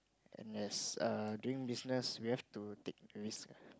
and as err doing business we have to take risk